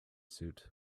suit